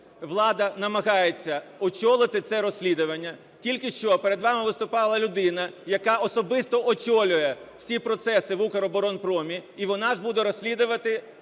влада намагається очолити це розслідування. Тільки що перед вами виступала людина, яка особисто очолює всі процеси в "Укроборонпромі", і вона ж буде розслідувати